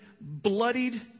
bloodied